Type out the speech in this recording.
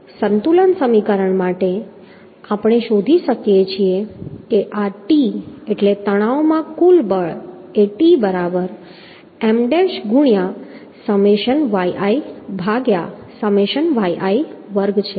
તેથી સંતુલન સમીકરણ માટે આપણે શોધી શકીએ છીએ કે આ T એટલે તણાવમાં આ કુલ બળ એ T બરાબર M ડેશ ગુણ્યાં સમેશન yi ભાગ્યા સમેશન yi વર્ગ છે